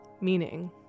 Meaning